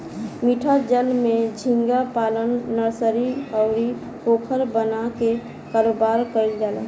मीठा जल में झींगा पालन नर्सरी, अउरी पोखरा बना के कारोबार कईल जाला